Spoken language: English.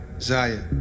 Zaya